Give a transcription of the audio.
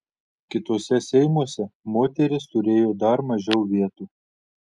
kituose seimuose moterys turėjo dar mažiau vietų